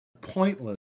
Pointless